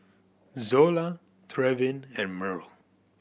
Zola Trevin and Myrl